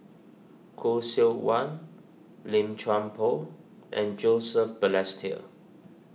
Khoo Seok Wan Lim Chuan Poh and Joseph Balestier